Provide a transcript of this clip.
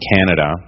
Canada